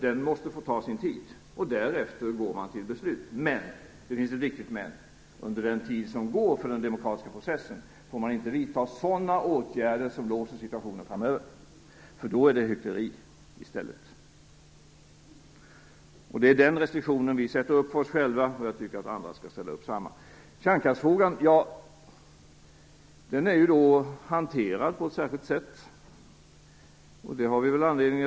Den måste få ta sin tid, och därefter får man gå till beslut. Men - det finns ett viktigt men - under den tid som går åt för den demokratiska processen får man inte vidta sådana åtgärder som låser situationen framöver. Då är det i stället fråga om hyckleri. Detta är den restriktion som vi sätter upp för oss själva, och jag tycker att andra skall ställa upp samma restriktion. Kärnkraftsfrågan är hanterad på ett särskilt sätt, med tillsättande av en arbetsgrupp där alla partier är företrädda.